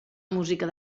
música